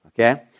Okay